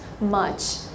much